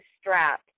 strap